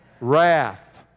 Wrath